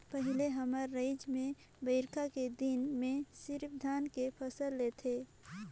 पहिले हमर रायज में बईरखा के दिन में सिरिफ धान के फसल लेथे